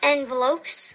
Envelopes